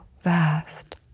vast